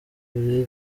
kuri